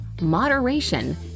moderation